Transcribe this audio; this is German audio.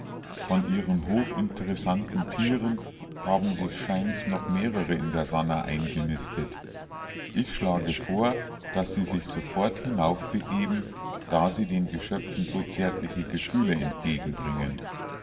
von ihren hochinteressanten tieren haben sich scheint's noch mehrere in der sannah eingenistet ich schlage vor daß sie sich sofort hinaufbegeben da sie den geschöpfen so zärtliche gefühle entgegenbringen